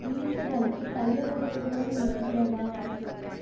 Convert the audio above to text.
இனிப்புகளுக்கு தள்ளுபடி எதுவும் இருக்கிறதா